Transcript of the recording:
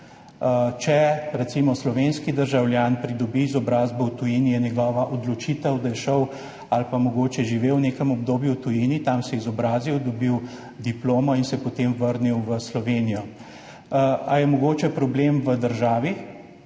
Če recimo slovenski državljan pridobi izobrazbo v tujini, je njegova odločitev, da je šel ali pa mogoče živel v nekem obdobju v tujini, se tam izobrazil, dobil diplomo in se potem vrnil v Slovenijo. Ali je mogoče problem v državi?